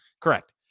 Correct